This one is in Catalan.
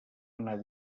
anar